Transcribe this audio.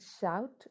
shout